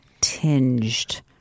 tinged